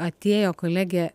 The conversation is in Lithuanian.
atėjo kolegė